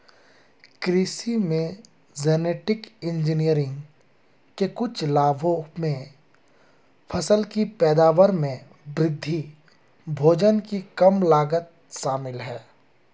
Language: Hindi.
कृषि में जेनेटिक इंजीनियरिंग के कुछ लाभों में फसल की पैदावार में वृद्धि, भोजन की कम लागत शामिल हैं